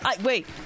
wait